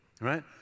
right